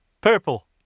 purple